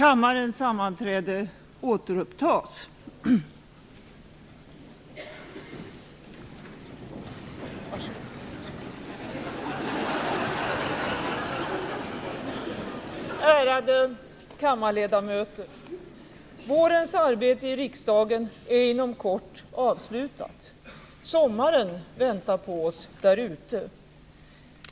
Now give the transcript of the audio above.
Ärade kammarledamöter! Vårens arbete i riksdagen är inom kort avslutat. Sommaren väntar på oss därute.